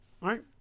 right